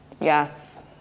Yes